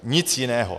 Nic jiného.